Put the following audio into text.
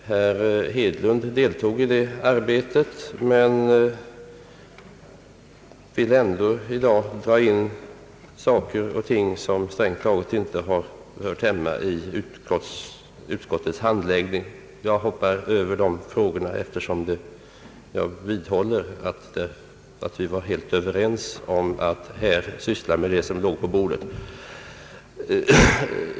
Herr Hedlund deltog i det arbetet men ville ändå i dag dra in saker och ting som strängt taget inte hör hemma i utskottets handläggning. Jag hoppar över de frågorna, eftersom jag vidhåller att vi var helt överens om att syssla med det ärende som låg på bordet.